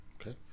Okay